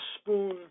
spoon